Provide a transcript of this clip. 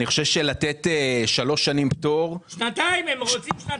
אני חושב שלתת שלוש שנים פטור --- שנתיים; הם רוצים שנתיים.